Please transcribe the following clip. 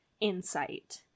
insight